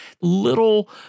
little